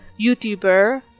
youtuber